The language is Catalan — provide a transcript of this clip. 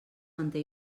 manté